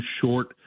short